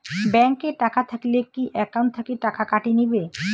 Bank এ টাকা থাকিলে কি একাউন্ট থাকি টাকা কাটি নিবেন?